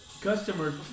customers